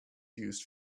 used